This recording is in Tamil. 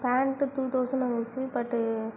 பேண்ட்டு டூ தௌசண்ட் வந்துச்சு பட்டு